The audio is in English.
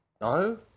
No